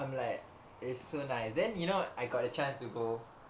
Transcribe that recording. I'm like it's so nice then you know I got a chance to go